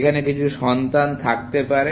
এখানে কিছু সন্তান থাকতে পারে